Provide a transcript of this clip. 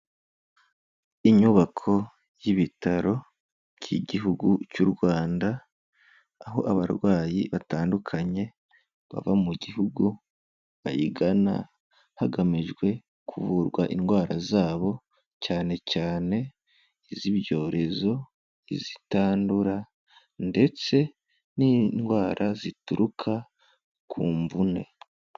Inyubako y'ibitaro by'Igihugu cy'u Rwanda, aho abarwayi batandukanye baba mu Gihugu bayigana hagamijwe kuvurwa indwara zabo cyane cyane iz'ibyorezo, izitandura ndetse n'indwara zituruka ku mvune.